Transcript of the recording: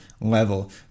level